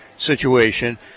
Situation